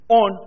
on